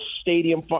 stadium